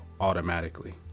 automatically